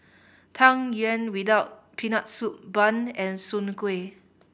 Tang Yuen without Peanut Soup bun and Soon Kuih